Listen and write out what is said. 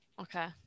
Okay